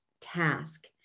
task